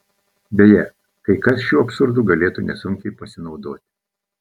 beje kai kas šiuo absurdu galėtų nesunkiai pasinaudoti